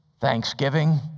thanksgiving